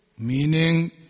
Meaning